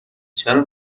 چرا